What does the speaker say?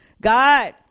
God